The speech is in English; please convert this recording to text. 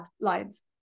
lines